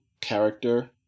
character